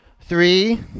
Three